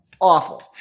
Awful